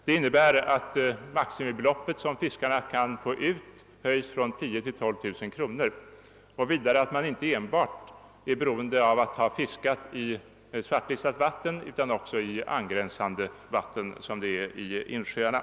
Det innebär att det maximibelopp som fiskarna kan få ut höjs från 10 000 kronor till 12 000 kronor och vidare att bidraget inte enbart är beroende av om man har fiskat i svartlistat vatten utan att det också gäller angränsande vatten, såsom i fråga om insjöarna.